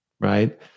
right